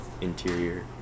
interior